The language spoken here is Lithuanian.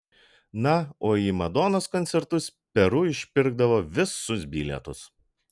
na o į madonos koncertus peru išpirkdavo visus bilietus